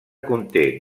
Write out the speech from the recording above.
conté